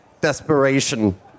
desperation